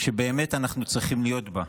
שבאמת אנחנו צריכים להיות בה,